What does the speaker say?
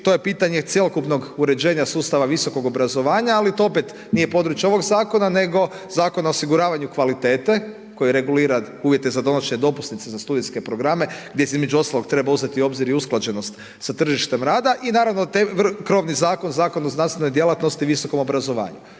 to je pitanje cjelokupnog uređenja sustava visokog obrazovanja ali to opet nije područje ovog zakona nego Zakona o osiguravanju kvalitete koji regulira uvjete za donošenje dopusnice za studentske programe gdje se između ostalog treba uzeti u obzir i usklađenost sa tržištem rada i naravno krovni zakon, Zakon o znanstvenoj djelatnosti i visokom obrazovanju